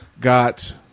got